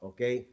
Okay